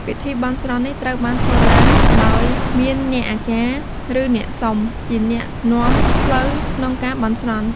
ពិធីបន់ស្រន់នេះត្រូវបានធ្វើឡើងដោយមានអ្នកអាចារ្យ ឬអ្នកសុំ ជាអ្នកនាំផ្លូវក្នុងការបន់ស្រន់។